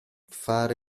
fare